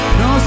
no